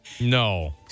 No